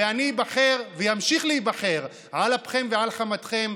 ואני אבחר ואמשיך להיבחר על אפכם ועל חמתכם,